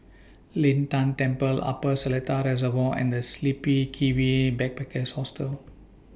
Lin Tan Temple Upper Seletar Reservoir and The Sleepy Kiwi Backpackers Hostel